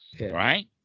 right